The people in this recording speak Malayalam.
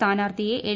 സ്ഥാനാർഥിയെ എൽ